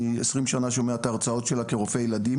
אני 20 שנה שומע את ההרצאות שלה כרופא ילדים,